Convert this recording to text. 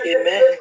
Amen